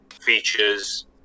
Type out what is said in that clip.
features